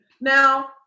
Now